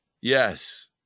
Yes